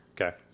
Okay